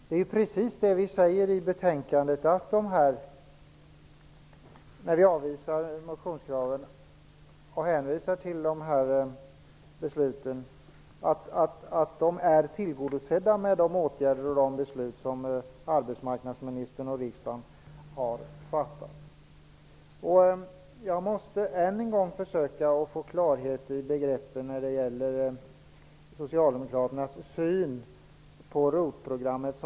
Det är precis det vi säger i betänkandet, när vi avvisar motionskraven, att kraven är tillgodosedda med de beslut som arbetsmarknadsministern och riksdagen har fattat. Jag måste än en gång försöka få klarhet i begreppen när det gäller Socialdemokraternas syn på ROT programmet.